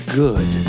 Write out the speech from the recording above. good